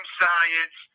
science